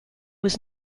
was